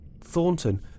Thornton